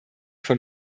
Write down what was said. von